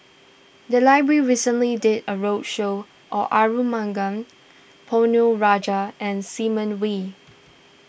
the library recently did a roadshow on Arumugam Ponnu Rajah and Simon Wee